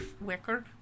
wicker